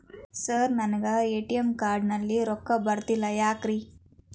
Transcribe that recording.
Sir ನನಗೆ ATM card ನಲ್ಲಿ ರೊಕ್ಕ ಬರತಿಲ್ಲ ಯಾಕ್ರೇ?